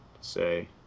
say